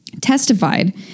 testified